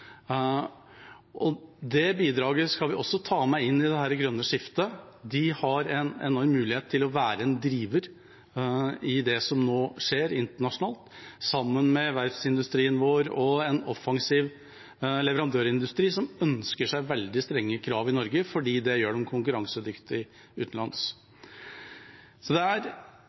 Det bidraget skal vi også ta med i dette grønne skiftet. De har en enorm mulighet til å være en driver i det som nå skjer internasjonalt, sammen med verftsindustrien vår og en offensiv leverandørindustri, som ønsker seg veldig strenge krav i Norge fordi det gjør dem konkurransedyktige utenlands. Det er